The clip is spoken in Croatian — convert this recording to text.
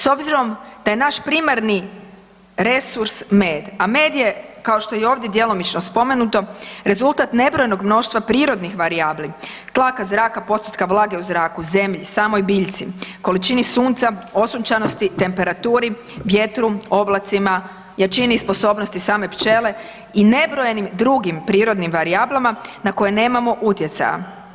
S obzirom da je naš primarni resurs med, a med je kao što je i ovdje djelomično spomenuto rezultat nebrojenog mnoštva prirodnih varijabli, tlaka zraka, postotka vlage u zraku, zemlji, samoj biljci, količini sunca, osunčanosti, temperaturi, vjetru, oblacima, jačini i sposobnosti same pčele i nebrojenim drugim prirodnim varijablama na koje nemamo utjecaja.